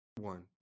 One